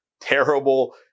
terrible